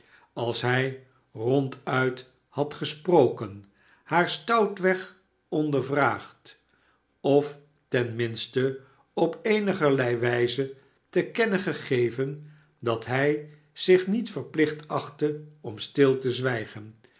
als hij ronduit had gesproken haar stoutweg ondervraagd of ten minste op eenigerlei wijze te kennen gegeven dat hij zich niet verplicht achtte om stil te zwijgen